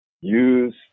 use